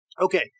Okay